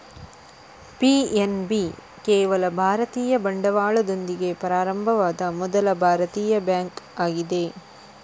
PNB ಕೇವಲ ಭಾರತೀಯ ಬಂಡವಾಳದೊಂದಿಗೆ ಪ್ರಾರಂಭವಾದ ಮೊದಲ ಭಾರತೀಯ ಬ್ಯಾಂಕ್ ಆಗಿದೆ